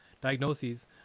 diagnoses